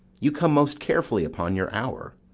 you come most carefully upon your hour.